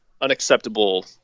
unacceptable